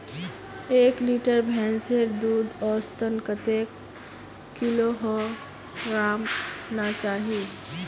एक लीटर भैंसेर दूध औसतन कतेक किलोग्होराम ना चही?